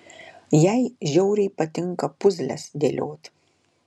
jai žiauriai patinka puzles dėliot